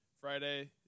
Friday